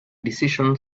decision